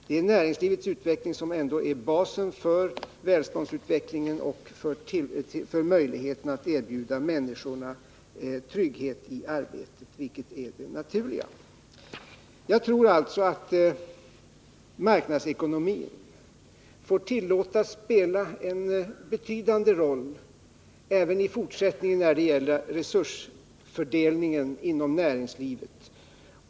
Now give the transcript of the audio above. Det är ändå näringslivets utveckling som är basen för välståndsutvecklingen och för möjligheten att erbjuda människorna trygghet i arbetet, vilket är det naturliga. Jag tror alltså att marknadsekonomin även i fortsättningen måste tillåtas spela en betydande roll när det gäller resursfördelningen inom näringslivet.